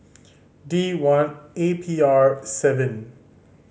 D one A P R seven